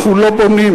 אנחנו לא בונים.